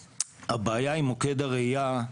הבעיה עם מוקד הרעייה היא